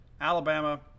Alabama